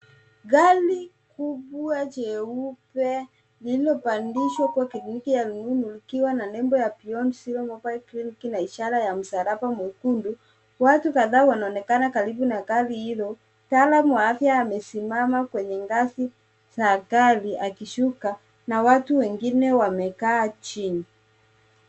Gari kubwa jeupe lililopandishwa kwa likiwa na nembo ya Beyond Zero Clinic lina ishara ya msalaba mwekundu. Watu kadhaa wanaonekana karibu na gari hilo. Mtaalamu wa afya amesimama kwenye ngazi za gari akishuka na watu wengine wamekaa chini.